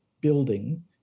building